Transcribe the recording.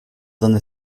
donde